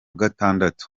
gatandatu